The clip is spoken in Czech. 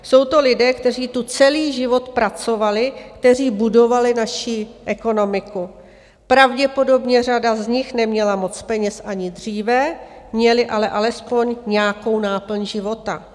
Jsou to lidé, kteří tu celý život pracovali, kteří budovali naši ekonomiku, pravděpodobně řada z nich neměla moc peněz ani dříve, měli ale alespoň nějakou náplň života.